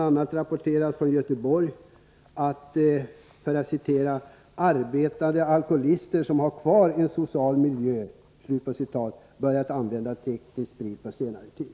a. rapporteras från Göteborg att ”arbetare, alkoholister som har kvar en social miljö”, har börjat använda teknisk sprit på senare tid.